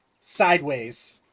sideways